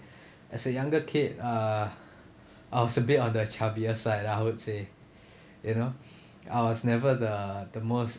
as a younger kid uh I was a bit on the chubbier side lah I would say you know I was never the the most